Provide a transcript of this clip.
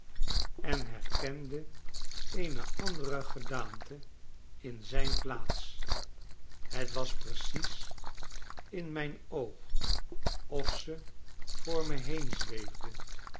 en herkende eene andere gedaante in zijn plaats het was precies in mijn oogof ze voor me